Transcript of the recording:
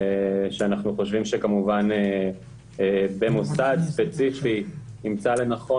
שאנחנו חושבים שכמובן במוסד ספציפי ימצא לנכון.